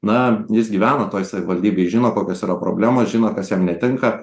na jis gyvena toj savivaldybėj žino kokios yra problemos žino kas jam netinka